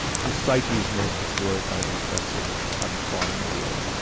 whose psyche is most destroyed by the effects of having fought in the war.